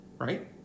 right